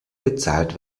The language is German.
bezahlt